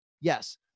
Yes